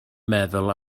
meddwl